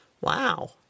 Wow